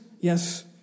yes